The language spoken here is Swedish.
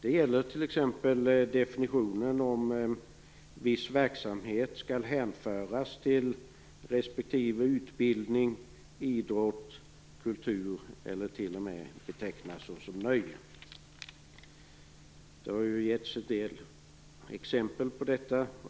Det gäller t.ex. definitionen - om viss verksamhet skall hänföras till utbildning, idrott respektive kultur eller om den t.o.m. skall betecknas som nöje. Under debatten har det getts en del exempel på detta.